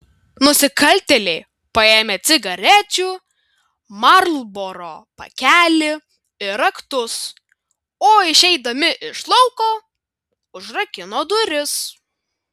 nusikaltėliai paėmė cigarečių marlboro pakelį ir raktus o išeidami iš lauko užrakino duris